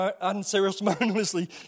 unceremoniously